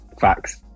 Facts